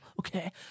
okay